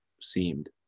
seemed